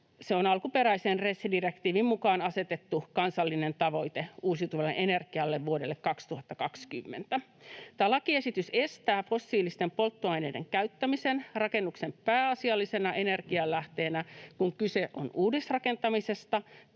Se on alkuperäisen RED-direktiivin mukaan asetettu kansallinen tavoite uusiutuvalle energialle vuodelle 2020. Tämä lakiesitys estää fossiilisten polttoaineiden käyttämisen rakennuksen pääasiallisena energianlähteenä, kun kyse on uudisrakentamisesta